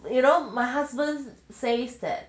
you know my husband says that